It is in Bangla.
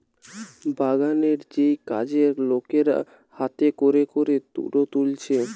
বাগানের যেই কাজের লোকেরা হাতে কোরে কোরে তুলো তুলছে